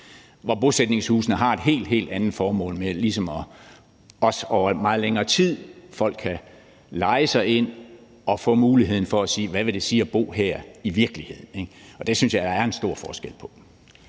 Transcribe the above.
hvor bosætningshusene har et helt, helt andet formål. Her er det ligesom også over meget længere tid, og folk kan leje sig ind og få muligheden for at se, hvad det vil sige at bo her i virkeligheden. Det synes jeg der er en stor forskel på.